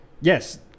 yes